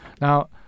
now